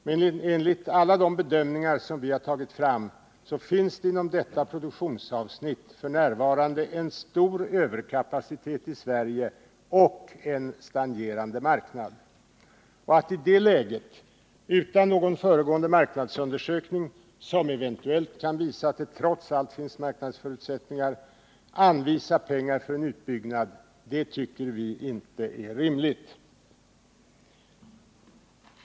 Men enligt alla de bedömningar som vi har tagit fram finns det inom detta produktionsavsnitt en stor överkapacitet i Sverige och en stagnerande marknad. Att i det läget — utan någon föregående marknadsundersökning, som eventuellt kan visa att det trots allt finns marknadsförutsättningar — anvisa pengar till en utbyggnad tycker vi är orimligt.